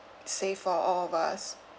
safe for all of us